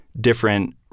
different